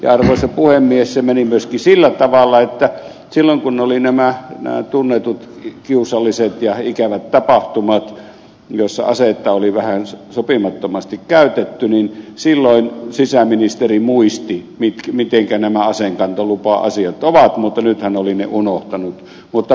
ja arvoisa puhemies se meni myöskin sillä tavalla että silloin kun oli nämä tunnetut kiusalliset ja ikävät tapahtumat joissa aseita oli vähän sopimattomasti käytetty silloin sisäministeri muisti mitenkä nämä aseenkantolupa asiat ovat mutta nyt hän oli ne unohtanut mutta vaalikausikin loppuu